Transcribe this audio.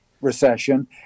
recession